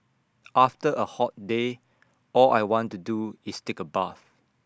after A hot day all I want to do is take A bath